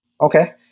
Okay